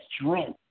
strength